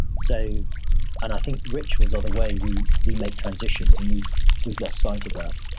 so and i think rituals are the way we we make transitions, and we've we've lost sight of that.